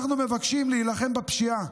אנחנו מבקשים להילחם בפשיעה,